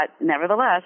nevertheless